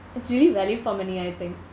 it's really value for money I think